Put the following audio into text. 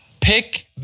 Pick